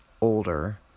older